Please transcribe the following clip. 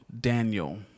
Daniel